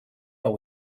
but